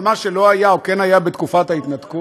מה שלא היה או כן היה בתקופת ההתנתקות?